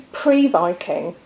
pre-viking